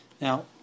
Now